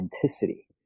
authenticity